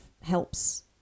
helps